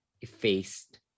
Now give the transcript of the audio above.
effaced